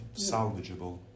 salvageable